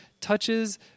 touches